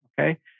okay